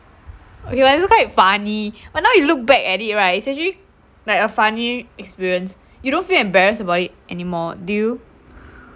okay but it's quite funny but now you look back at it right it's actually like a funny experience you don't feel embarrassed about it anymore do you